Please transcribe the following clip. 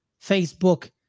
Facebook